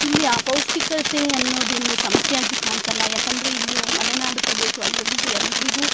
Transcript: ಇಲ್ಲಿ ಅಪೌಷ್ಠಿಕತೆ ಅನ್ನೋದೇನು ಸಮಸ್ಯೆಯಾಗಿ ಕಾಣ್ಸೋಲ್ಲ ಯಾಕಂದರೆ ಇಲ್ಲಿ ಮಲೆನಾಡು ಪ್ರದೇಶವಾಗಿ ಇರೋದ್ರಿಂದ ಎಲ್ರಿಗೂ